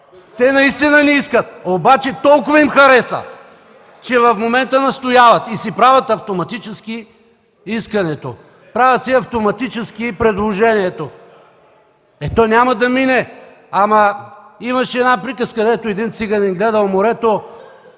Те наистина не искат. Но толкова им харесва, че в момента настояват и си правят автоматически искането, правят си автоматически предложението. То няма да мине, но имаше една приказка, където един циганин гледал морето,